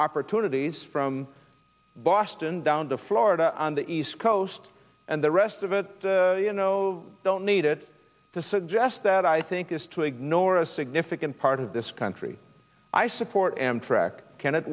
opportunities from boston down to florida on the east coast and the rest of it you know don't need it to suggest that i think is to ignore a significant part of this country i support amtrak